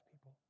people